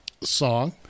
song